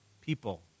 people